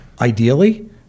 ideally